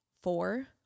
Four